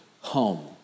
home